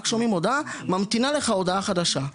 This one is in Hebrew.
רק שומעים הודעה, "ממתינה לך הודעה חדשה".